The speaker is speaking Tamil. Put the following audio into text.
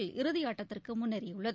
ஆசிய இறுதியாட்டத்திற்கு முன்னேறியுள்ளது